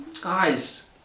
Guys